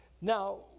Now